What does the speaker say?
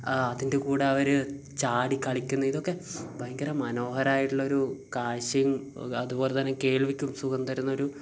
അതിൻ്റെ കൂടെ അവർ ചാടിക്കളിക്കുന്ന ഇതൊക്കെ ഭയങ്കര മനോഹരമായിട്ടുള്ളൊരു കാഴ്ചയും അതുപോലെ തന്നെ കേൾവിക്കും സുഖം തരുന്നൊരു